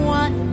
one